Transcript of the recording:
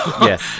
yes